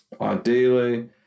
ideally